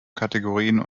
kategorien